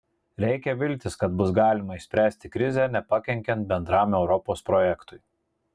reikia viltis kad bus galima išspręsti krizę nepakenkiant bendram europos projektui